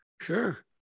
sure